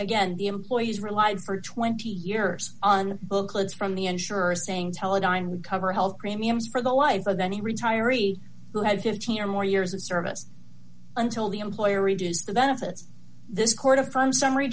again the employee has relied for twenty years on booklets from the insurers saying teledyne we cover health premiums for the life of any retiree who had fifteen or more years of service until the employer reaches the benefit